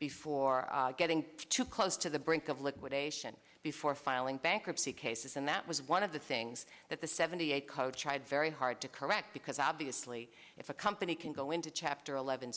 before getting too close to the brink of liquidation before filing bankruptcy cases and that was one of the things that the seventy eight code tried very hard to correct because obviously if a company can go into chapter eleven